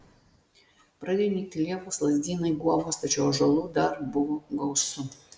pradėjo nykti liepos lazdynai guobos tačiau ąžuolų dar buvo gausu